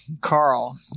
Carl